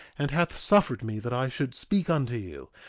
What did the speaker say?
and hath suffered me that i should speak unto you,